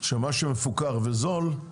שמה שמפוקח וזול,